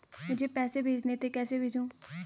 मुझे पैसे भेजने थे कैसे भेजूँ?